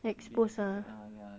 expose lah